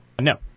No